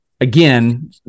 again